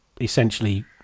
essentially